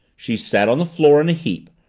she sat on the floor in a heap,